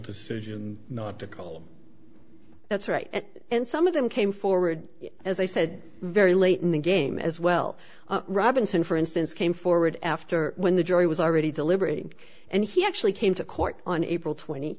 decision not to call that's right and some of them came forward as i said very late in the game as well robinson for instance came forward after when the jury was already deliberating and he actually came to court on april twenty